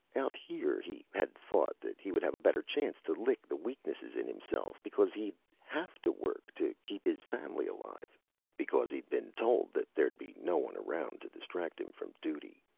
out here he had thought that he would have a better chance to lick the weaknesses in himself because he'd have to work to keep his family alive because he'd been told that there'd be no one around to distract him from duty.